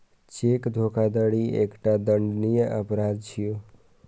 cheque धोखाधड़ी एकटा दंडनीय अपराध छियै